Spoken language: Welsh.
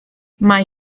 mae